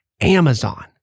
Amazon